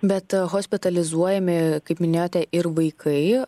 bet hospitalizuojami kaip minėjote ir vaikai